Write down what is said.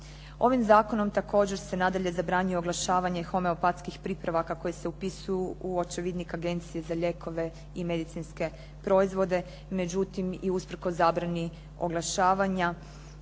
Ovim zakonom također se nadalje zabranjuje oglašavanje homeopatskih pripravaka koji se upisuju u očevidnik Agencije za lijekove i medicinske proizvode. Međutim i usprkos zabrani oglašavanja